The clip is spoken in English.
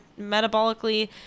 metabolically